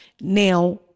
Now